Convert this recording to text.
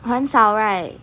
很少 right